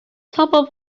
trouble